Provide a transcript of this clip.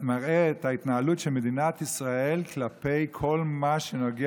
אדוני היושב-ראש, חברי הכנסת, מה שקורה